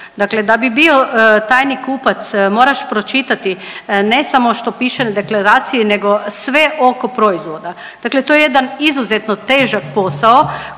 Dakle, da bi bio tajni kupac moraš pročitati ne samo što piše na deklaraciji, nego sve oko proizvoda. Dakle, to je jedan izuzetno težak posao